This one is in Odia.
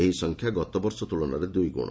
ଏହି ସଂଖ୍ୟା ଗତବର୍ଷ ତୁଳନାରେ ଦୁଇଗୁଣ